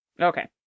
Okay